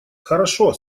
хорошо